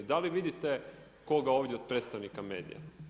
Da li vidite koga ovdje od predstavnika medija?